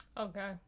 okay